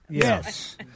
Yes